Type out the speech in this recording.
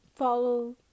follow